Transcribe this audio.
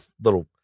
little